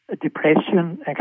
depression